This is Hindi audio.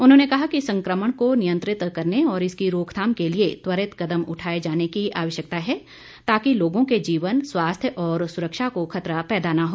उन्होंने कहा कि संक्रमण को नियंत्रित करने और इसकी रोकथाम के लिए त्वरित कदम उठाए जाने की आवश्यकता है ताकि लोगों के जीवन स्वास्थ्य और सुरक्षा को खतरा पैदा न हो